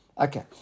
Okay